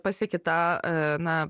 pasieki tą na